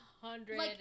hundred